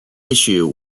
issue